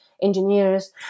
engineers